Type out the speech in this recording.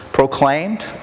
Proclaimed